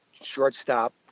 shortstop